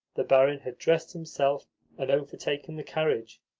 the barin had dressed himself and overtaken the carriage.